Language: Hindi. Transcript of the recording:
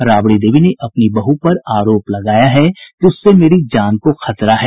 राबड़ी देवी ने अपनी बहु पर आरोप लगाया है कि उससे मेरी जान का खतरा है